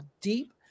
deep